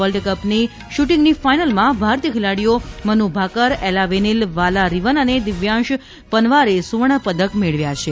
વર્લ્ડકપની શૂટીંગની ફાઇનલમાં ભારતીય ખેલાડીઓ મનુ ભાકર એલાવેનીલ વાલા રીવન અને દિવ્યાંશ પનવારે સુવર્ણ પદક મેળવ્યા છે